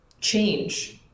change